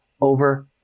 over